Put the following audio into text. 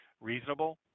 reasonable